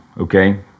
okay